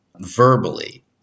verbally